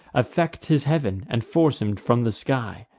affect his heav'n, and force him from the sky.